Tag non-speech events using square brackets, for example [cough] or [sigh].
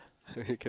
[laughs] cannot